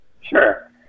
sure